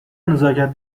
نزاکت